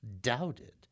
doubted